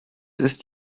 ist